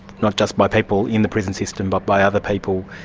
not just by people in the prison system but by other people,